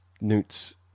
newts